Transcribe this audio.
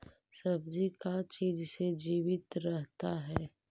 सब्जी का चीज से जीवित रहता है?